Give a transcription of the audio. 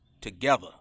together